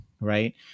right